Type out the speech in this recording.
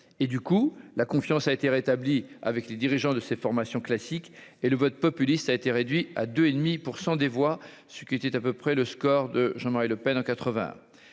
et du coup la confiance a été rétabli avec les dirigeants de ces formations classiques et le vote populiste a été réduit à 2 et demi pour 100 des voix, ce qui était à peu près le score de Jean-Marie Le Pen en